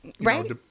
Right